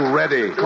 ready